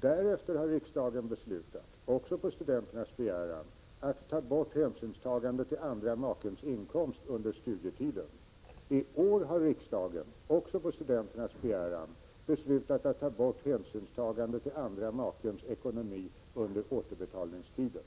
Därefter har riksdagen beslutat, också på studenternas begäran, att ta bort hänsynstagande till andra makens inkomst under studietiden. I år har riksdagen, också på studenternas begäran, beslutat att ta bort hänsynstagande till andra makens ekonomi under återbetalningstiden.